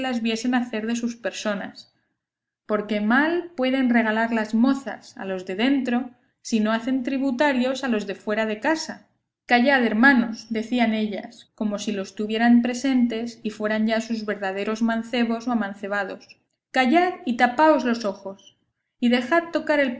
hacer de sus personas porque mal pueden regalar las mozas a los de dentro si no hacen tributarios a los de fuera de casa callad hermanos decían ellas como si los tuvieran presentes y fueran ya sus verdaderos mancebos o amancebados callad y tapaos los ojos y dejad tocar